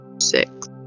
six